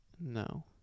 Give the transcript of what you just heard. no